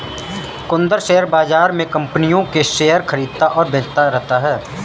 Kundan share बाज़ार में कम्पनियों के शेयर खरीदता और बेचता रहता है